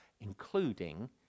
including